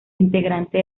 integrante